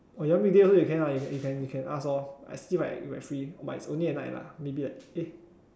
oh you want weekday also you can you can you can you can ask lor I see if I if I free but is only at night lah maybe like eh